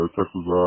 Texas